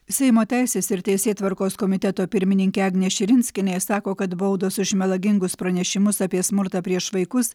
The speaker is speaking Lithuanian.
seimo teisės ir teisėtvarkos komiteto pirmininkė agnė širinskienė sako kad baudos už melagingus pranešimus apie smurtą prieš vaikus